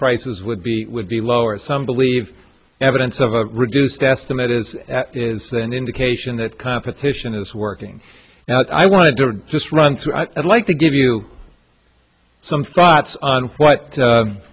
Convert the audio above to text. prices would be would be lower some believe evidence of a reduced estimate is an indication that competition is working and i want to just run through i'd like to give you some thoughts on what